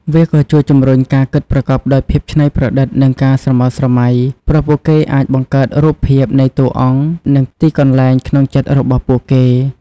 វាក៏ជួយជំរុញការគិតប្រកបដោយភាពច្នៃប្រឌិត និងការស្រមើលស្រមៃ ព្រោះពួកគេអាចបង្កើតរូបភាពនៃតួអង្គ និងទីកន្លែងក្នុងចិត្តរបស់ពួកគេ។